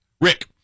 rick